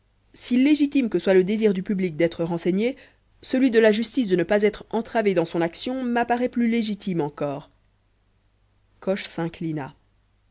si légitime que soit le désir du public d'être renseigné celui de la justice de ne pas être entravée dans son action m'apparaît plus légitime encore coche